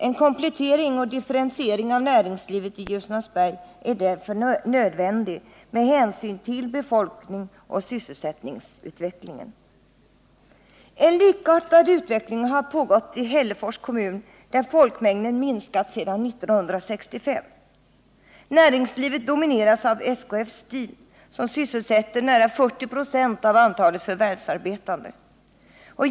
En komplettering och differentiering av näringslivet i Ljusnarsberg är därför nödvändig med hänsyn till befolkningsoch sysselsättningsutvecklingen. En likartad utveckling har pågått i Hällefors kommun, där folkmängden minskat sedan 1965. Näringslivet domineras av SKF-Steel, som sysselsätter nära 40 96 av antalet förvärvsarbetande.